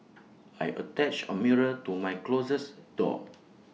I attached A mirror to my closes door